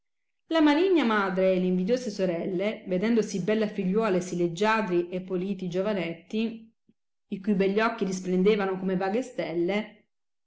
la maligna madre e le invidiose sorelle vedendo sì bella figliuola e sì leggiadri e politi giovanetti i cui begli occhi risplendevano come vaghe stelle